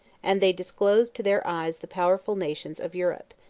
and they disclosed to their eyes the powerful nations of europe,